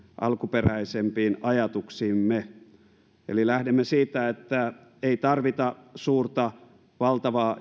alkuperäisempiin ajatuksiimme eli lähdemme siitä ettei tarvita suurta valtavaa